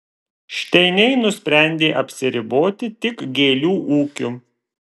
šteiniai nusprendė apsiriboti tik gėlių ūkiu